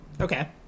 Okay